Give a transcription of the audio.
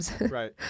Right